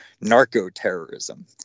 narco-terrorism